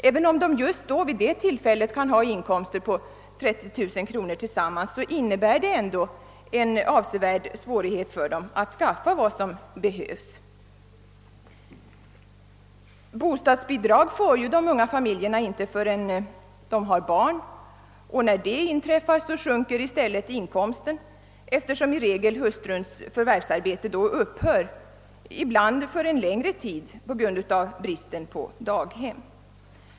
Även om familjen just vid det tillfället kan ha inkomster på 30 000 kronor tillsammans, så innebär det ändå en avsevärd svårighet för dem att anskaffa vad som behövs. De unga familjerna får inte bostadsbidrag förrän de skaffat sig barn, och när de gjort det sjunker genast inkomsten, eftersom hustruns förvärvsarbete i regel då upphör, ibland för längre tid beroende på bristen på daghem.